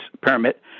permit